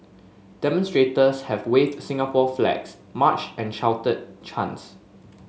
demonstrators have waved Singapore flags marched and shouted chants